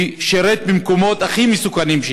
שירת במקומות הכי מסוכנים.